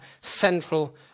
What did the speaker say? Central